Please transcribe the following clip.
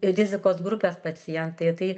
rizikos grupės pacientai tai